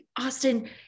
Austin